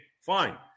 fine